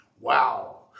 Wow